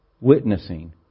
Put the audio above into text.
witnessing